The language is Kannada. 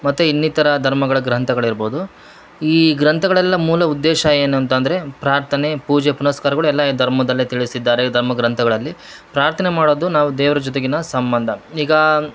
ಮತ್ತು ಇನ್ನಿತರ ಧರ್ಮಗಳ ಗ್ರಂಥಗಳಿರ್ಬೋದು ಈ ಗ್ರಂಥಗಳೆಲ್ಲ ಮೂಲ ಉದ್ದೇಶ ಏನುಂತಂದರೆ ಪ್ರಾರ್ಥನೆ ಪೂಜೆ ಪುನಸ್ಕಾರರಗಳು ಎಲ್ಲಾ ಈ ಧರ್ಮದಲ್ಲೇ ತಿಳಿಸಿದ್ದಾರೆ ಧರ್ಮ ಗ್ರಂಥಗಳಲ್ಲಿ ಪ್ರಾರ್ಥನೆ ಮಾಡೋದು ನಾವು ದೇವ್ರ ಜೊತೆಗಿನ ಸಂಬಂಧ ಈಗ